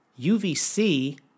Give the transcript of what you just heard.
UVC